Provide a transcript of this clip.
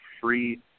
free